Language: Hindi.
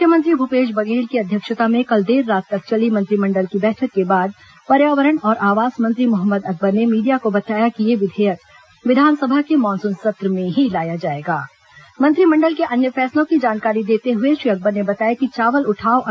मुख्यमंत्री भूपेश बघेल की अध्यक्षता में कल देर रात तक चली मंत्रिमंडल की बैठक के बाद पर्यावरण और आवास मंत्री मोहम्मद अकबर ने मीडिया को बताया कि यह विधेयक विधानसभा के मानसून सत्र में ही लाया मंत्रिमंडल के अन्य फैसलों की जानकारी देते हुए श्री अकबर ने बताया कि चावल उठाव जाएगा